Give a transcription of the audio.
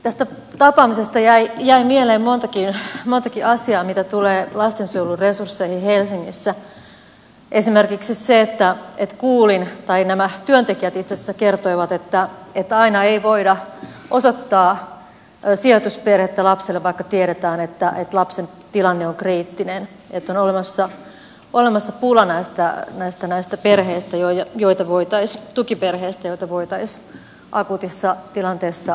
tästä tapaamisesta jäi mieleen montakin asiaa mitä tulee lastensuojelun resursseihin helsingissä esimerkiksi se että kuulin tai nämä työntekijät itse asiassa kertoivat että aina ei voida osoittaa sijoitusperhettä lapselle vaikka tiedetään että lapsen tilanne on kriittinen että on olemassa pula näistä tukiperheistä joita voitaisiin akuutissa tilanteessa käyttää